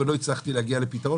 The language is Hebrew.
ולא הצלחתי להגיע לפתרון.